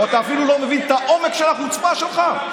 או אתה אפילו לא מבין את העומק של החוצפה שלך.